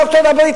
מארצות-הברית,